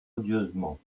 odieusement